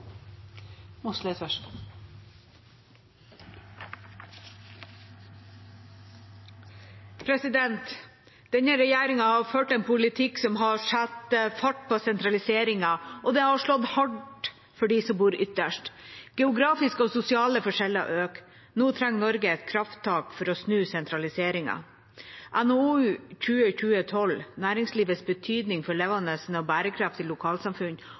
Denne regjeringa har ført en politikk som har satt fart på sentraliseringen, og det har slått hardt ut for dem som bor ytterst. Geografiske og sosiale forskjeller øker. Nå trenger Norge et krafttak for å snu sentraliseringen. NOU 2020:12 «Næringslivets betydning for levende og bærekraftige lokalsamfunn»